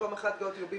במקום אחד גיאוטיובים,